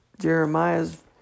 Jeremiah's